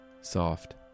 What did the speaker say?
soft